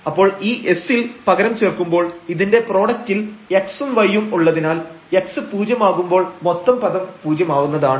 അപ്പോൾ ഈ s ൽ പകരം ചേർക്കുമ്പോൾ ഇതിന്റെ പ്രോഡക്റ്റിൽ x ഉം y യും ഉള്ളതിനാൽ x പൂജ്യം ആകുമ്പോൾ മൊത്തം പദം പൂജ്യമാവുന്നതാണ്